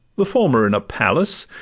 the former in a palace,